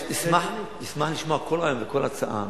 אני אשמח לשמוע כל רעיון וכל הצעה.